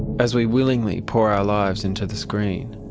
as we willingly pour our lives into the screen,